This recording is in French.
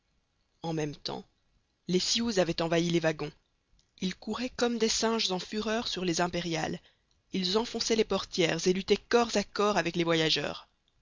en même temps les sioux avaient envahi les wagons ils couraient comme des singes en fureur sur les impériales ils enfonçaient les portières et luttaient corps à corps avec les voyageurs